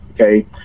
Okay